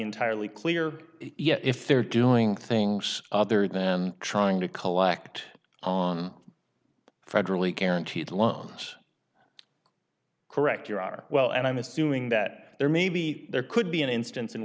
entirely clear yet if they're doing things other than trying to collect on federally guaranteed loans correct your are well and i'm assuming that there maybe there could be an instance in